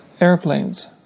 airplanes